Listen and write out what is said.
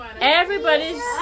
Everybody's